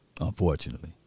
Unfortunately